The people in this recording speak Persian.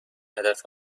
هدف